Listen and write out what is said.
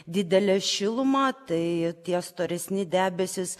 didelę šilumą tai tie storesni debesys